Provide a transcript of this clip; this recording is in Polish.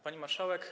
Pani Marszałek!